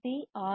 C R